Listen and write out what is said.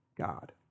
God